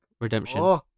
Redemption